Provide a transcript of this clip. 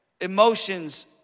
emotions